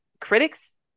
critics